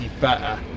better